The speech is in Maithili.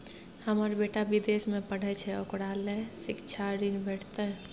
हमर बेटा विदेश में पढै छै ओकरा ले शिक्षा ऋण भेटतै?